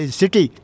city